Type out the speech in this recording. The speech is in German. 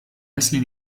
leslie